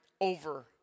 over